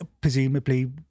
presumably